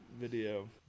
video